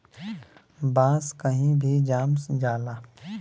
बांस कही भी जाम जाला